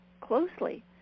closely